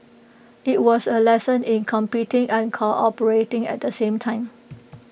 IT was A lesson in competing and cooperating at the same time